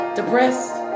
Depressed